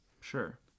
Sure